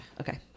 Okay